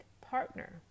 partner